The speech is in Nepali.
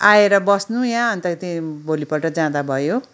आएर बस्नु यहाँ अन्त त्यहाँ भोलिपल्ट जाँदा भयो